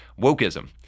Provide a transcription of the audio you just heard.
wokeism